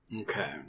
Okay